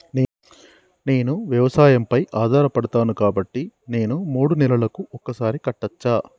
నేను వ్యవసాయం పై ఆధారపడతాను కాబట్టి నేను మూడు నెలలకు ఒక్కసారి కట్టచ్చా?